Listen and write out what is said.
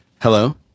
Hello